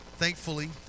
Thankfully